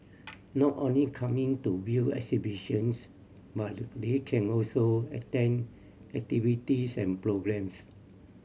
not only coming to view exhibitions but they can also attend activities and programmes